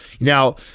now